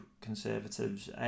Conservatives